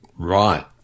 Right